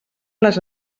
les